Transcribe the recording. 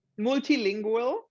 multilingual